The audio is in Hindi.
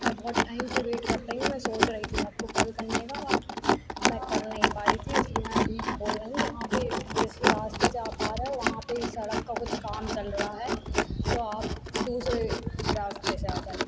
मैं बहुत टाइम से वेट कर रही हूँ मैं सोच रही थी आपको कॉल करने का बाकी मैं कर नहीं पाई थी इसलिए मैं अभी बोल रही हूँ जहाँ पर जिस रास्ते से आप आ रहे है वहाँ पर सड़क का कुछ काम चल रहा है तो आप दूसरे रास्ते से आ जाइए